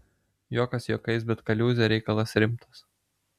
juokas juokais bet kaliūzė reikalas rimtas